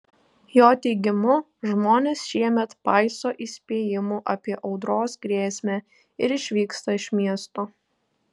jo teigimu žmonės šiemet paiso įspėjimų apie audros grėsmę ir išvyksta iš miesto